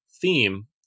theme